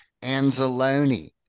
Anzalone